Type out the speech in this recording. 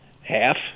Half